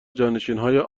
جانشینانهای